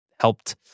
helped